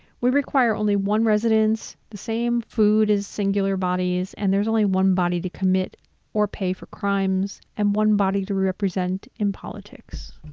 we require only one residence, the same food as singular bodies, and there's only one body to commit or pay for crimes and one body to represent in politics.